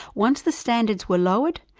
once the standards were lowered,